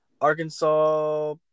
Arkansas